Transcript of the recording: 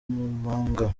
manga